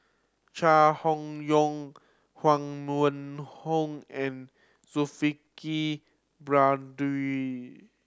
Chai Hon Yoong Huang Wenhong and Zulkifli Baharudin